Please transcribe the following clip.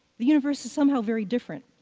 the universe is somehow very different.